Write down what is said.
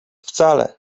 wcale